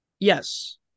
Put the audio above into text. Yes